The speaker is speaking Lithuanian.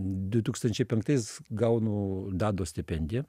du tūkstančiai penktais gaunu dado stipendiją